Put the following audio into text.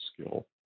skill